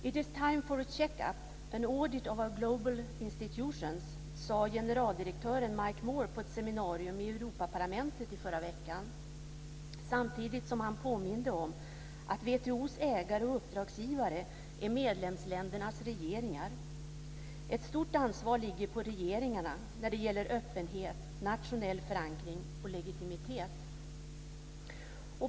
It is time for a check-up, an audit of our global institutions, sade generaldirektören Mike Moore på ett seminarium i Europaparlamentet i förra veckan. Samtidigt påminde han om att WTO:s ägare och uppdragsgivare är medlemsländernas regeringar. Ett stort ansvar ligger på regeringarna när det gäller öppenhet, nationell förankring och legitimitet.